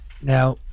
now